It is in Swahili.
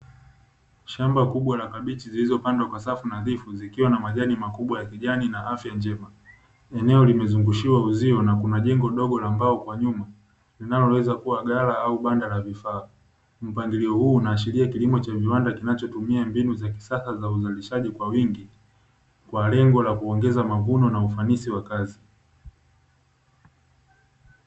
Shamba kubwa la kabichi zilizopandwa kwa safu nadhifu, zikiwa na majani makubwa ya kijani na afya njema. Eneo limezungushiwa uzio na kuna jengo dogo la mbao kwa nyuma linaloweza kuwa ghala au banda la vifaa. Mpangilio huu unaashiria kilimo cha viwanda kinachotumia mbinu za kisasa za uzalishaji kwa wingi kwa lengo la kuongeza mavuno na ufanisi wa kazi.